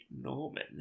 Norman